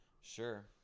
Sure